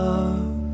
Love